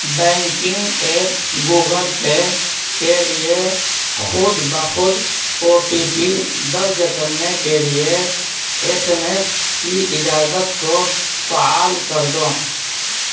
banking app Google Pay کے لیے خود بہ خود او ٹی پی درج کرنے کے لیے ایس ایم ایس کی اجازت کو فعال کر دو